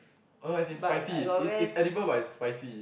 oh as in spicy is is edible but is spicy